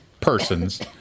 persons